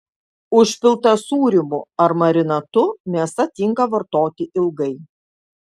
užpilta sūrimu ar marinatu mėsa tinka vartoti ilgai